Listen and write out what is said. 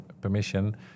permission